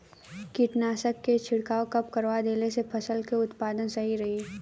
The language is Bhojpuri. कीटनाशक के छिड़काव कब करवा देला से फसल के उत्पादन सही रही?